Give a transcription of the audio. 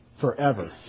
forever